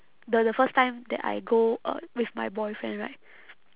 the the first time that I go uh with my boyfriend right